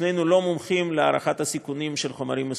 שנינו לא מומחים להערכת הסיכונים של חומרים מסוכנים.